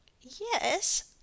Yes